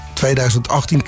2018